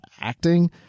acting